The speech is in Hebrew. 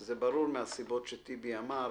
זה ברור מהסיבות שטיבי רבינוביץ אמר.